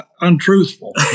Untruthful